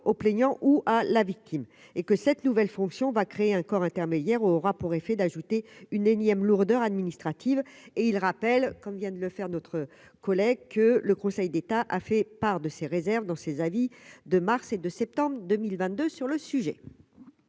au plaignant ou à la victime et que cette nouvelle fonction va créer un corps intermédiaires aura pour effet d'ajouter une énième lourdeurs administratives et il rappelle, comme vient de le faire, notre collègue que le Conseil d'État a fait part de ses réserves dans ses avis de Mars et de septembre 2022 sur le sujet.